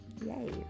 Yay